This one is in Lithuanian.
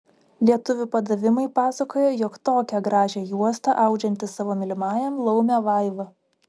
lietuvių padavimai pasakoja jog tokią gražią juostą audžianti savo mylimajam laumė vaiva